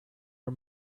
are